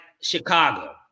Chicago